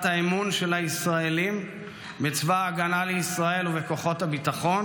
האמון של הישראלים בצבא ההגנה לישראל ובכוחות הביטחון,